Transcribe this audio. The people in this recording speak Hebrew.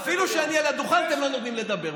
אפילו כשאני על הדוכן אתם לא נותנים לדבר.